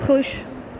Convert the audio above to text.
خوش